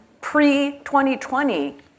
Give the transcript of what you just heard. pre-2020